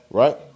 right